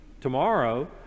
tomorrow